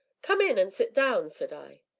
come in and sit down, said i.